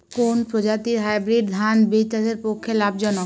কোন প্রজাতীর হাইব্রিড ধান বীজ চাষের পক্ষে লাভজনক?